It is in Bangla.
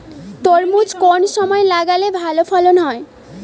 তরমুজ কোন সময় লাগালে ভালো ফলন হয়?